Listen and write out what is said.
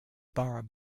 borough